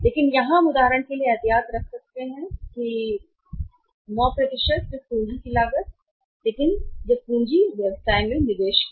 लेकिन यहां हम उदाहरण के लिए एहतियात रख सकते हैं 9 सिर्फ पूंजी की लागत लेकिन जब पूंजी व्यवसाय में निवेश किया